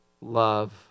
love